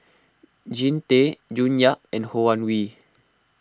Jean Tay June Yap and Ho Wan Hui